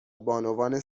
بانوان